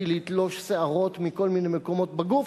היא לתלוש שערות מכל מיני מקומות בגוף,